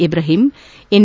Ibrahim N